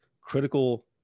critical